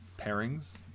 pairings